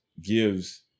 gives